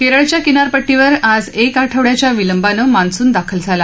केरळच्या किनारपट्टीवर आज एक आठवड्याच्या विलंबानं मान्सून दाखल झाला